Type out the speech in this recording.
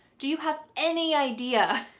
do you have any idea?